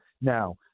Now